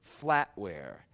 flatware